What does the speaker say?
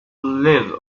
live